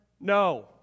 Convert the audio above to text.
no